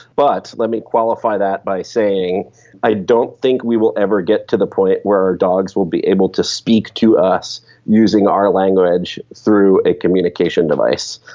but let me qualify that by saying i don't think we will ever get to the point where dogs will be able to speak to us using our language through a communication device.